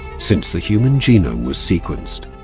since the human genome was sequenced,